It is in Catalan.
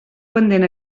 pendent